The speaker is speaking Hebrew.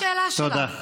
מה השאלה שלך?